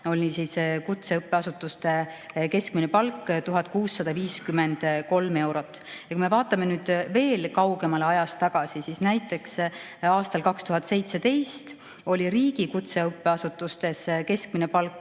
oli kutseõppeasutustes keskmine palk 1653 eurot. Kui me vaatame veel kaugemale ajas tagasi, siis näiteks aastal 2017 oli riigi kutseõppeasutustes keskmine palk